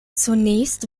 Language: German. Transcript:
zunächst